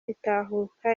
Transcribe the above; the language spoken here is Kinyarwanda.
itahuka